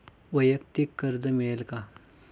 वैयक्तिक कर्ज मिळेल का?